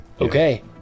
Okay